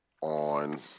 on